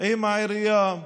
עם העירייה,